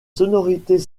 sonorités